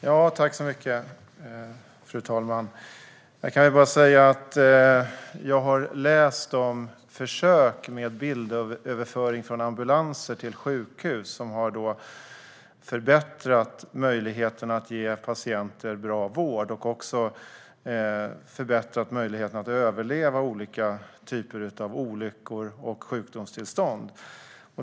Fru talman! Jag kan väl bara säga att jag har läst de försök med bildöverföring från ambulanser till sjukhus som har förbättrat möjligheterna att ge patienter bra vård och även förbättrat möjligheten att överleva olika typer av olyckor och sjukdomstillstånd.